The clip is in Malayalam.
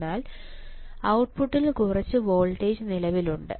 എന്നാൽ ഔട്ട്പുട്ടിൽ കുറച്ച് വോൾട്ടേജ് നിലവിലുണ്ട്